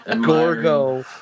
Gorgo